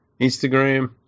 Instagram